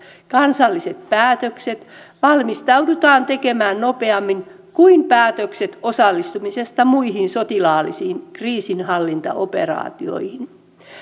kansalliset päätökset valmistaudutaan tekemään nopeammin kuin päätökset osallistumisesta muihin sotilaallisiin kriisinhallintaoperaatioihin